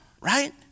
right